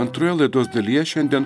antroje laidos dalyje šiandien